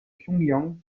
pyongyang